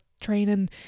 training